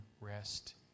rest